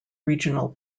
regional